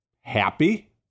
happy